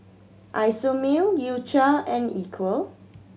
Isomil U Cha and Equal